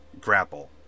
Grapple